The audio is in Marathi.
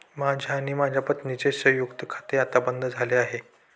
माझे आणि माझ्या पत्नीचे संयुक्त खाते आता बंद झाले आहे